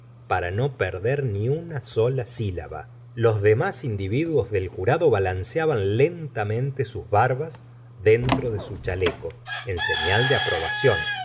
para no perder ni una sola sílaba los demás individuos del jurado balanceaban lentamente sus barbas dentro de su chaleco en serial de aprobación